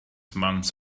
months